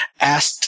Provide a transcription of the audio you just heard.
asked